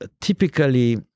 typically